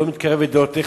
לא מתקרב לדעותיך,